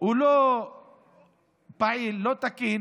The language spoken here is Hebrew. והוא לא פעיל, לא תקין